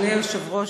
אדוני היושב-ראש,